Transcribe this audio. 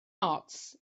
ots